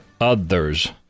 others